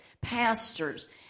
pastors